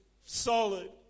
solid